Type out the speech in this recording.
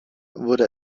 wurde